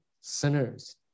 sinners